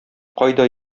кайда